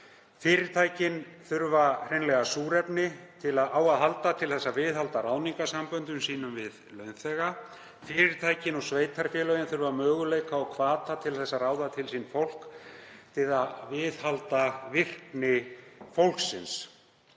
Fyrirtækin þurfa hreinlega á súrefni að halda til að viðhalda ráðningarsamböndum sínum við launþega. Fyrirtækin og sveitarfélögin þurfa möguleika og hvata til að ráða til sín fólk til að viðhalda virkni fólksins.